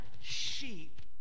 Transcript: sheep